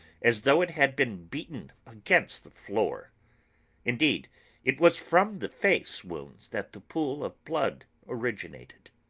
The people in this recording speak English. as though it had been beaten against the floor indeed it was from the face wounds that the pool of blood originated.